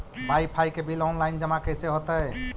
Wifi के bill online जमा कैसे होतै?